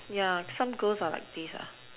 yeah some girls are like this